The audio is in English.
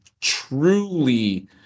truly